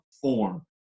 form